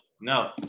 No